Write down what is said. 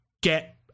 get